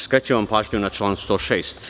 Skrećem vam pažnju na član 106.